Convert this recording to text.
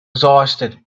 exhausted